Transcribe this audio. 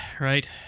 right